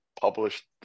published